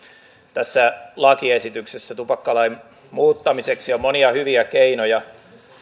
tässä lakiesityksessä tupakkalain muuttamiseksi on monia hyviä keinoja